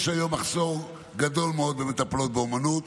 יש היום מחסור גדול מאוד במטפלות באומנות,